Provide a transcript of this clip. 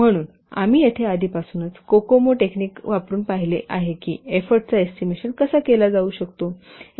म्हणून आम्ही येथे आधीपासूनच कोकोमो टेक्निक वापरुन पाहिले आहे की एफोर्टचा एस्टिमेशन कसा केला जाऊ शकतो